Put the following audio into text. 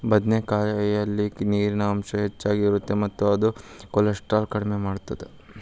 ಬದನೆಕಾಯಲ್ಲಿ ನೇರಿನ ಅಂಶ ಹೆಚ್ಚಗಿ ಇರುತ್ತ ಮತ್ತ ಇದು ಕೋಲೆಸ್ಟ್ರಾಲ್ ಕಡಿಮಿ ಮಾಡತ್ತದ